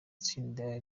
tsinda